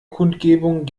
kundgebung